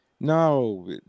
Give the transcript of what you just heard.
No